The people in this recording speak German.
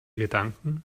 gedanken